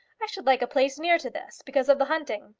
i should like a place near to this, because of the hunting!